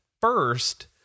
First